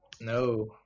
No